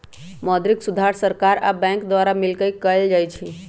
मौद्रिक सुधार सरकार आ बैंक द्वारा मिलकऽ कएल जाइ छइ